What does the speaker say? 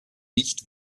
nicht